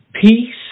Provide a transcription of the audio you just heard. Peace